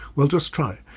well, just try.